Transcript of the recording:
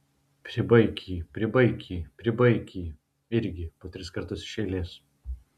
pribaik jį pribaik jį pribaik jį irgi po tris kartus iš eilės